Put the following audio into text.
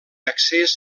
accés